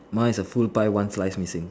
my is a full pie one slice missing